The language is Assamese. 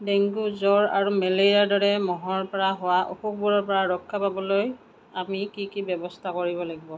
ডেংগু জ্বৰ আৰু মেলেৰিয়াৰ দৰে মহৰ পৰা হোৱা অসুখবোৰৰ পৰা ৰক্ষা পাবলৈ আমি কি কি ব্যৱস্থা কৰিব লাগিব